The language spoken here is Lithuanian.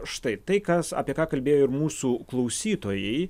štai tai kas apie ką kalbėjo ir mūsų klausytojai